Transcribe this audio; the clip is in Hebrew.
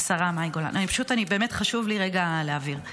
השרה מאי גולן, פשוט באמת חשוב לי רגע להבהיר.